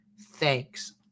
Thanks